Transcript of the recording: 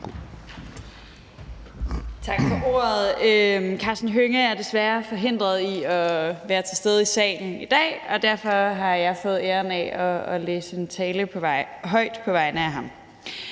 Tak for ordet. Karsten Hønge er desværre forhindret i at være til stede i salen i dag, og derfor har jeg fået æren af at læse talen højt på vegne af ham.